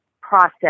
process